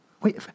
wait